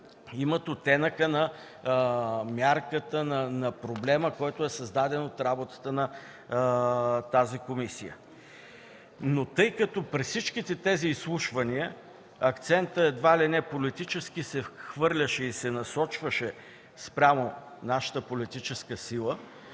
имат оттенъка на мярката на проблема, създаден от работата на тази комисия. Тъй като при всичките тези изслушвания акцентът едва ли не политически се хвърляше и се насочваше спрямо нашата политическа сила,